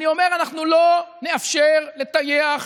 אני אומר, אנחנו לא נאפשר לטייח